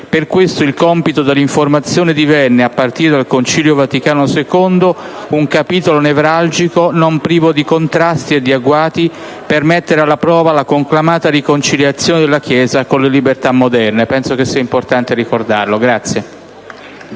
Per questo il compito dell'informazione divenne, a partire dal Concilio Vaticano II, un capitolo nevralgico non privo di contrasti e di agguati per mettere alla prova la conclamata riconciliazione della Chiesa con le libertà moderne». Penso sia importante ricordarlo.